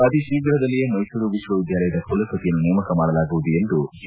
ಅತಿ ಶೀಘದಲ್ಲಿಯೇ ಮೈಸೂರು ವಿಶ್ವವಿದ್ಯಾನಿಲಯದ ಕುಲಪತಿಯನ್ನು ನೇಮಕ ಮಾಡಲಾಗುವುದು ಎಂದು ಜಿ